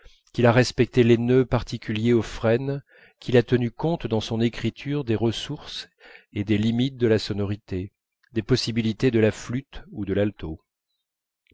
qu'il a respecté les nœuds particuliers au frêne qu'il a tenu compte dans son écriture des ressources et des limites de la sonorité des possibilités de la flûte ou de l'alto